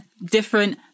different